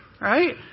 right